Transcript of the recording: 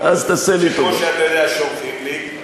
שכמו שאתה יודע שולחים לי,